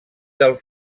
del